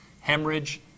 hemorrhage